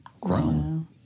grown